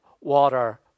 water